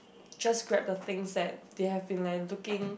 just grab the things that they have been like looking